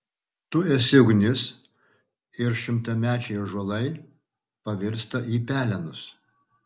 tu esi ugnis ir šimtamečiai ąžuolai pavirsta į pelenus